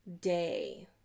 day